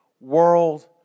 world